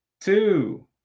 two